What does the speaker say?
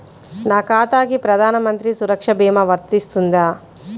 నా ఖాతాకి ప్రధాన మంత్రి సురక్ష భీమా వర్తిస్తుందా?